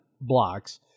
blocks